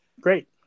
Great